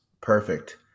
perfect